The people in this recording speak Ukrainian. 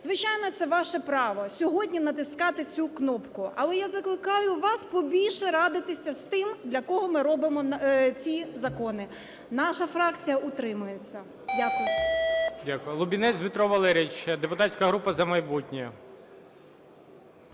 звичайно, це ваше право сьогодні натискати цю кнопку, але я закликаю вас побільше радитися з тим, для кого ми робимо ці закони. Наша фракція утримується.